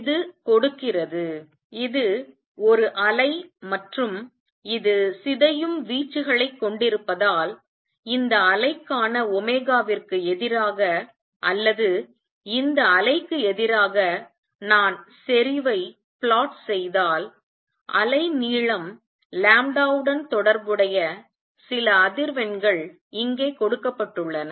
இது கொடுக்கிறது இது ஒரு அலை மற்றும் இது சிதையும் வீச்சுகளைக் கொண்டிருப்பதால் இந்த அலைக்கான ஒமேகாவிற்கு எதிராக அல்லது இந்த அலைக்கு எதிராக நான் செறிவை சதி செய்தால் அலைநீளம் உடன் தொடர்புடைய சில அதிர்வெண்கள் இங்கே கொடுக்கப்பட்டுள்ளன